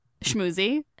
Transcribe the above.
schmoozy